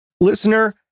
Listener